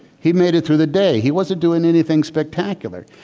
he made it through the day. he wasn't doing anything spectacular.